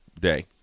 day